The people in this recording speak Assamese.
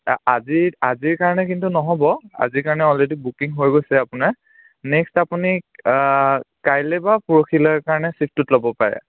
আ আজিৰ আজিৰ কাৰণে কিন্তু নহ'ব আজিৰ কাৰণে অলৰেডি বুকিং হৈ গৈছে আপোনাৰ নেক্সট আপুনি কাইলৈ বা পৰহিলৈৰ কাৰণে ছিফ্টটোত ল'ব পাৰে